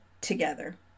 together